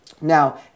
Now